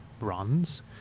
runs